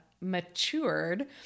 matured